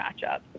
matchup